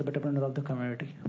but but and but the community.